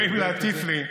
באים להטיף לי,